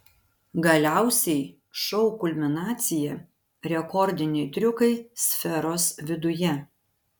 galiausiai šou kulminacija rekordiniai triukai sferos viduje